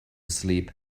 sleep